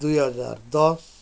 दुई हजार दस